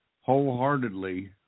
wholeheartedly